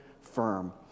firm